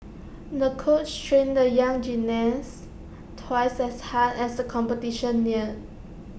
the coach trained the young gymnast twice as hard as the competition neared